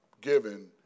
given